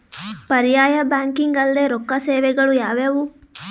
ಪರ್ಯಾಯ ಬ್ಯಾಂಕಿಂಗ್ ಅಲ್ದೇ ರೊಕ್ಕ ಸೇವೆಗಳು ಯಾವ್ಯಾವು?